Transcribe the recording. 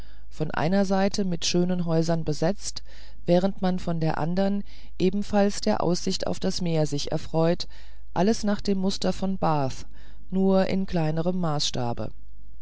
von einer seite mit schönen häusern besetzt während man von der anderen ebenfalls der aussicht auf das meer sich erfreut alles nach dem muster von bath nur in kleinerem maßstabe